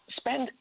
spend